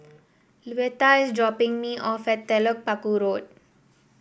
Luetta is dropping me off at Telok Paku Road